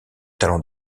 talent